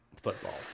football